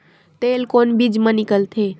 तेल कोन बीज मा निकलथे?